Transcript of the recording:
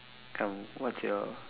come what's your